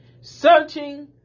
Searching